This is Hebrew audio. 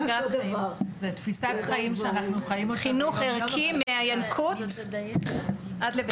זו שגרת חיים, חינוך ערכי מהינקות עד לבית האבות.